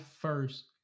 first